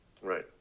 Right